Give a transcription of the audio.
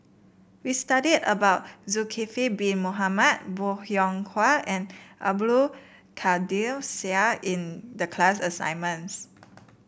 we studied about Zulkifli Bin Mohamed Bong Hiong Hwa and Abdul Kadir Syed in the class assignments